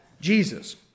jesus